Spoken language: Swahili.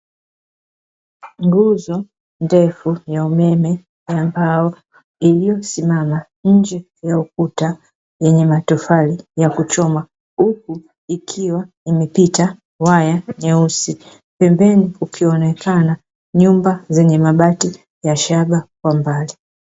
Nguzo ndefu ya umeme ya mbao iliyosimama nje ya ukuta wenye matofali ya kuchoma, huku ikiwa umepita waya mweusi, pembeni zikionekana nyumba zenye mabati ya shaba kwa mbali.